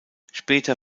später